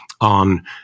on